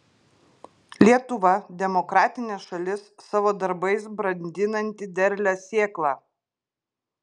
lietuva demokratinė šalis savo darbais brandinanti derlią sėklą